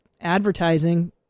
advertising